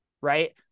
right